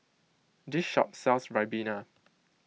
this shop sells Ribena